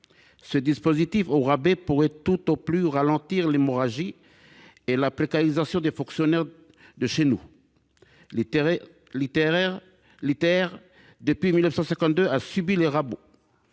Ce dispositif au rabais pourrait tout au plus ralentir l’hémorragie et la précarisation des fonctionnaires de chez nous. De fait, les coups de rabot